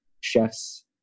chefs